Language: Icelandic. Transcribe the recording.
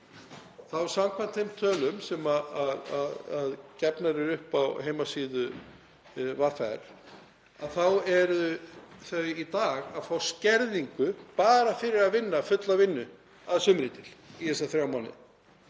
samkvæmt þeim tölum sem gefnar eru upp á heimasíðu VR, fá þeir í dag skerðingu bara fyrir að vinna fulla vinnu að sumri til í þessa þrjá mánuði.